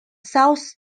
south